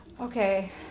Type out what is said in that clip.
Okay